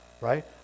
right